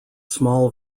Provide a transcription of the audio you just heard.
small